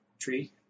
tree